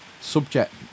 subject